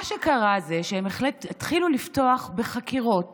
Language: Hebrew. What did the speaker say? מה שקרה זה שהם התחילו לפתוח בחקירות